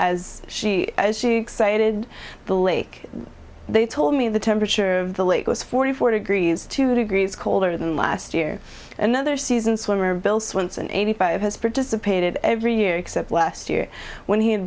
as she as she cited the lake they told me the temperature of the lake was forty four degrees two degrees colder than last year another season swimmer bill swanson eighty five has participated every year except last year when he had